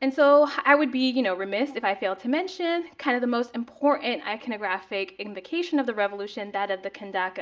and so i would be you know remiss if i failed to mention kind of the most important iconographic invocation of the revolution, that of the kandake.